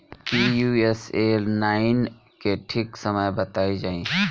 Pusa nine के ठीक समय बताई जाई?